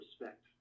respect